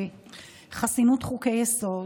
חסינות חוקי-יסוד,